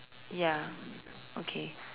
ya okay